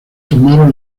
formaron